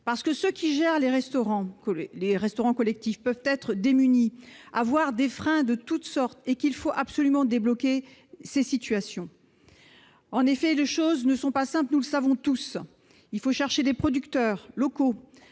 concrète. Ceux qui gèrent les restaurants collectifs peuvent être démunis, être freinés de multiples façons : il faut donc absolument débloquer ces situations. Les choses ne sont pas simples, nous le savons tous : il faut chercher des producteurs locaux,